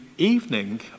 evening